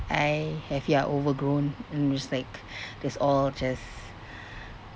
I have ya overgrown and I'm just like that's all just